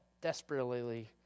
desperately